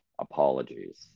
Apologies